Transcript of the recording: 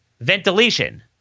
ventilation